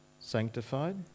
sanctified